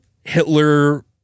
Hitler